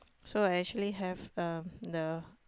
so actually have um the